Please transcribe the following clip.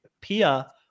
Pia